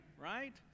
right